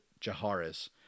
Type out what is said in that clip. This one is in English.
Jaharis